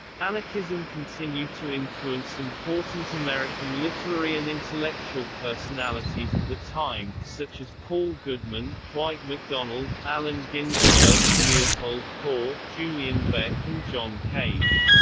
anarchism continued to influence important american literary and intellectual personalities of the time, such as paul goodman, dwight macdonald, allen ginsberg, leopold kohr, julian beck and john cage.